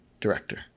director